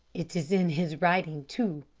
it is in his writing, too,